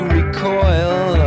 recoil